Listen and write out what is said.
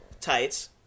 tights